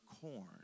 Corn